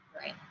Right